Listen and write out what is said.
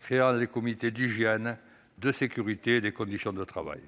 créant les comités d'hygiène, de sécurité et des conditions de travail,